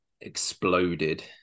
exploded